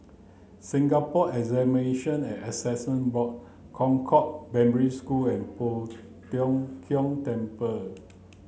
Singapore Examination and Assessment Board Concord Primary School and Poh Tiong Kiong Temple